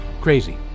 Crazy